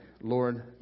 Lord